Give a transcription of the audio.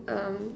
um